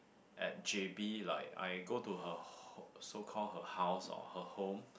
at J_B like I go to her home so called her house or her home